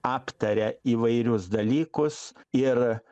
aptaria įvairius dalykus ir